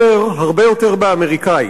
יותר, הרבה יותר, באמריקנית.